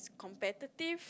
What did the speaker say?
competitive